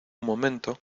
momento